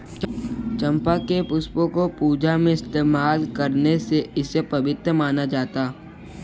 चंपा के पुष्पों को पूजा में इस्तेमाल करने से इसे पवित्र माना जाता